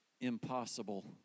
impossible